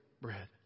bread